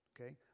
okay